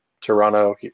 Toronto